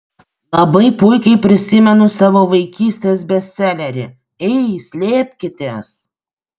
labai puikiai prisimenu savo vaikystės bestselerį ei slėpkitės